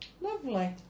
Lovely